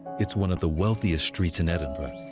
it's one of the wealthiest streets in edinburgh.